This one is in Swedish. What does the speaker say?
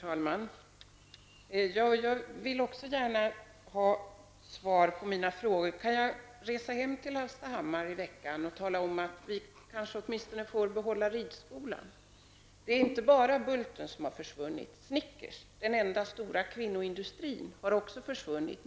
Herr talman! Även jag vill gärna ha svar på mina frågor. Kan jag resa hem till Hallstahammar i veckan och tala om att vi kanske åtminstone får behålla ridskolan? Det är inte bara Bulten som har försvunnit. Snickers, den enda stora kvinnoindustrin, har också försvunnit.